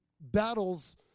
battles